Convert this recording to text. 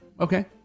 Okay